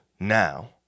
Now